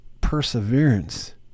perseverance